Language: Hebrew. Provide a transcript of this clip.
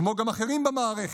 כמו גם אחרים במערכת,